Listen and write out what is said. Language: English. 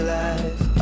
life